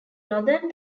northern